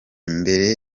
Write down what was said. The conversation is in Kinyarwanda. mbere